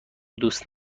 دوست